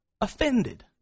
offended